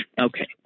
Okay